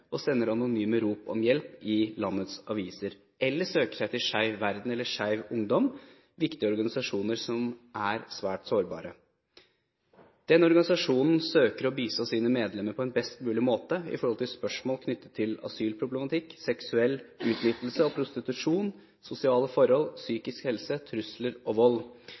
sender anonyme rop om hjelp i landets aviser, eller søker seg til Skeiv Verden eller Skeiv Ungdom – viktige organisasjoner som er svært sårbare. Skeiv Verden søker å bistå sine medlemmer på en best mulig måte i spørsmål knyttet til asylproblematikk, seksuell utnyttelse og prostitusjon, sosiale forhold, psykisk helse, trusler og vold.